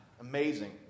Amazing